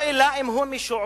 או אלא אם כן הוא משועבד